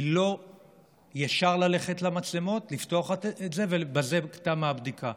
היא לא ישר ללכת למצלמות ולפתוח את זה ובזה תמה הבדיקה.